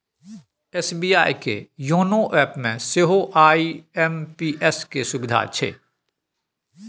SBI के YONO एपमे सेहो आई.एम.पी.एस केर सुविधा छै